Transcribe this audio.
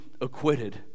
acquitted